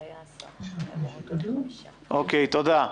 תודה.